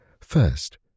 First